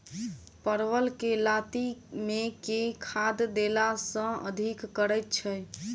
परवल केँ लाती मे केँ खाद्य देला सँ अधिक फरैत छै?